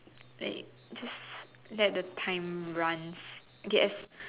and just let the time runs get as